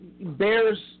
Bears